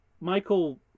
Michael